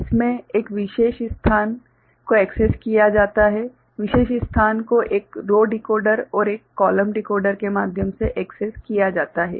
इसमें एक विशेष स्थान को एक्सेस किया जाता है विशेष स्थान को एक रो डिकोडर और एक कॉलम डिकोडर के माध्यम से एक्सेस किया जाता है